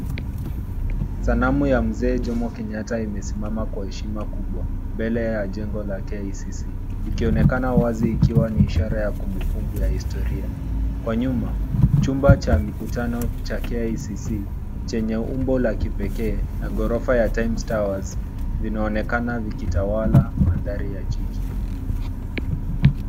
Sanamu ya mzee Jomo Kenyatta imesimama kwa heshima kubwa mbele ya jengo la KICC. Ikionekana wazi ikiwa ni ishara ya kumbukumbu ya hitoria. Kwa nyuma chumba cha mikutano cha KICC chenye umbo la kipekee na ghorofa ya Times Towers vinaonekana vikitawala mandhari ya jiji.